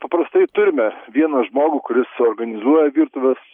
paprastai turime vieną žmogų kuris organizuoja virtuvės